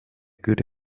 good